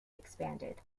expanded